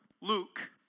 Luke